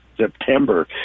September